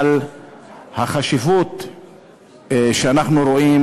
על החשיבות שאנחנו רואים,